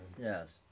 Yes